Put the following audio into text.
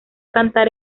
cantar